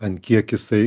ant kiek jisai